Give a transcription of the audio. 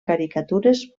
caricatures